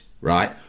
right